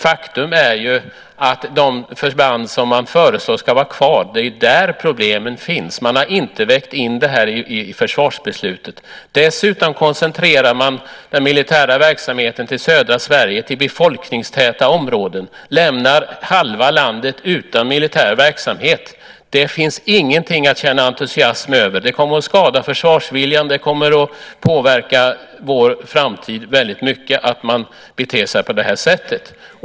Faktum är att det är vid de förband som man föreslår ska vara kvar som problemen finns. Man har inte vägt in detta i försvarsbeslutet. Dessutom koncentrerar man den militära verksamheten till södra Sverige, till befolkningstäta områden. Man lämnar halva landet utan militär verksamhet. Det finns ingenting att känna entusiasm över. Att man beter sig på det här sättet kommer att skada försvarsviljan och påverka vår framtid väldigt mycket.